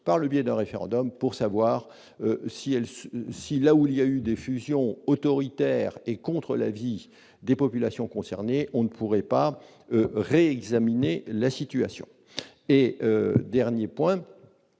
par le biais d'un référendum pour savoir si elle si là où il y a eu des fusions autoritaire et contre l'avis des populations concernées, on ne pourrait pas réexaminer la situation, et dernier point,